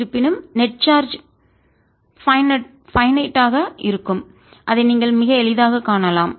இருப்பினும்நெட் charge பைன்நட் ஆக வரையறுக்கப்பட்டது இருக்கும் அதை நீங்கள் மிக எளிதாக காணலாம்